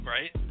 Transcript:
Right